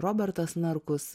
robertas narkus